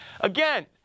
Again